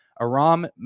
Aram